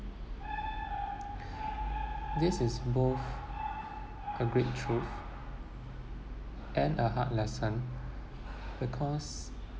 this is both a great truth and a hard lesson because